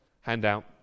handout